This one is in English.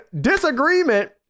disagreement